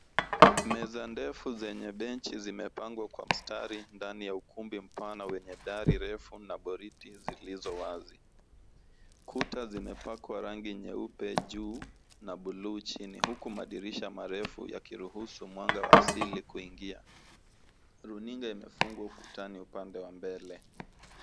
Meza ndefu zenye benchi zimepangwa kwa mustari 'ndani ya ukumbi mpana wenye dari refu na boriti zilizo wazi. Kuta zimepakwa rangi nyeupe juu na na bluu chini huku madirisha marefu yakiruhusu mwanga wa asili kuingia. Runinga imefungwa ukutani upande wa mbele.